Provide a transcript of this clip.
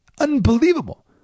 Unbelievable